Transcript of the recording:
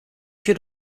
się